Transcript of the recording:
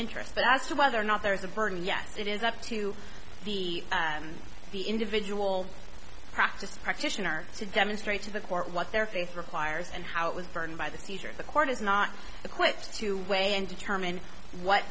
interest but as to whether or not there is a burden yes it is up to the the individual practice practitioner to demonstrate to the court what their faith requires and how it was burned by the seizure the court is not equipped to weigh and determine what